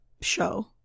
show